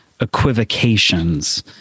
equivocations